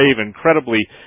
incredibly